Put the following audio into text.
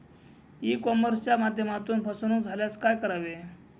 E कॉमर्सच्या माध्यमातून फसवणूक झाल्यास काय करावे?